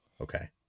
Okay